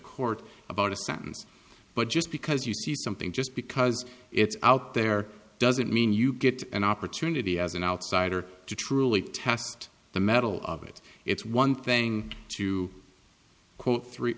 court about a sentence but just because you see something just because it's out there doesn't mean you get an opportunity as an outsider to truly test the mettle of it it's one thing to quote three